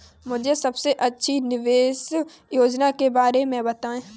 मुझे सबसे अच्छी निवेश योजना के बारे में बताएँ?